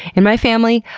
in my family,